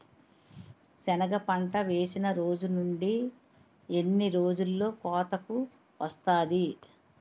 సెనగ పంట వేసిన రోజు నుండి ఎన్ని రోజుల్లో కోతకు వస్తాది?